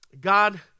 God